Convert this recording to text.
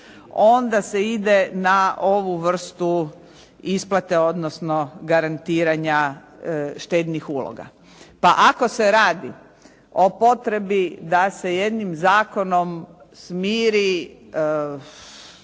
onda se ide na ovu vrstu isplate, odnosno garantiranja štednih uloga. Pa ako se radi o potrebi da se jednim zakonom smiri